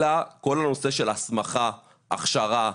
אלא כל הנושא של הסמכה, הכשרה,